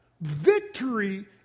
victory